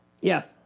yes